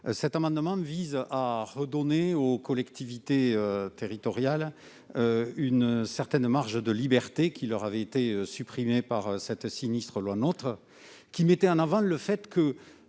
Cet amendement vise à redonner aux collectivités territoriales une certaine marge de liberté qui leur avait été ôtée par la sinistre loi NOTRe, où était mise en avant l'idée